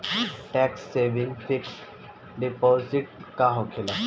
Tax saving fix deposit का होखे ला?